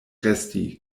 resti